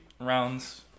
rounds